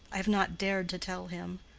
i have not dared to tell him.